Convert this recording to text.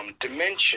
dimension